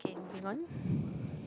okay moving on